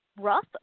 rough